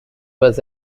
was